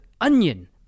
onion